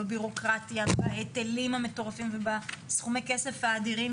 בביורוקרטיה ובהיטלים המטורפים ובסכומי הכסף האדירים